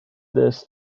this